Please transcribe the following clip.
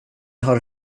har